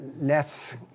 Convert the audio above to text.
less